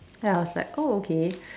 then I was like oh okay